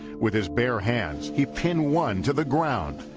with his bare hands, he pinned one to the ground,